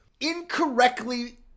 incorrectly